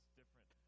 different